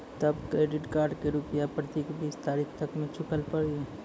तब credit card के रूपिया प्रतीक बीस तारीख तक मे चुकल पड़ी?